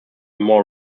more